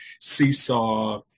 Seesaw